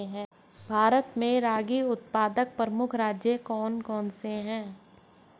भारत में रागी उत्पादक प्रमुख राज्य कौन कौन से हैं?